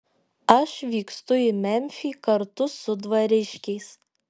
aš vykstu į memfį kartu su dvariškiais